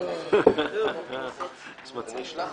הישיבה ננעלה